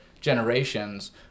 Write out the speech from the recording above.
generations